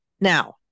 Now